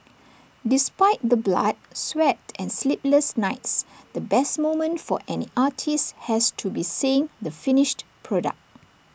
despite the blood sweat and sleepless nights the best moment for any artist has to be seeing the finished product